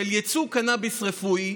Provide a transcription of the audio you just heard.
של יצוא קנאביס רפואי,